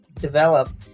develop